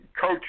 Coach